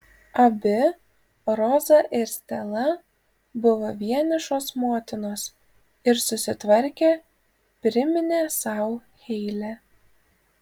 abi roza ir stela buvo vienišos motinos ir susitvarkė priminė sau heile